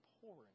pouring